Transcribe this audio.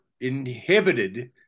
inhibited